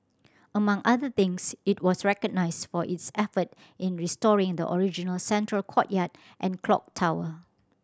among other things it was recognised for its effort in restoring the original central courtyard and clock tower